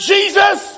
Jesus